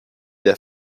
des